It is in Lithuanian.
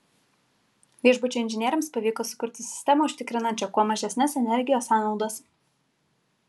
viešbučio inžinieriams pavyko sukurti sistemą užtikrinančią kuo mažesnes energijos sąnaudas